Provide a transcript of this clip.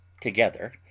together